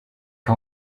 que